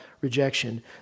rejection